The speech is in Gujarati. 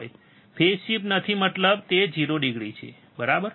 ફેજ શિફ્ટ નથી મતલબ તે 0 ડિગ્રી છે બરાબર